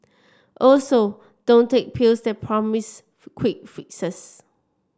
also don't take pills that promise quick fixes